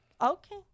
Okay